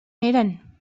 eren